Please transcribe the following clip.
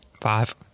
Five